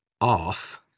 off